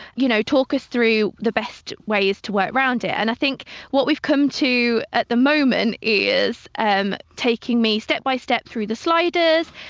you know talk us through the best ways to work round it. and i think what we've come to at the moment is um taking me step by step through the sliders,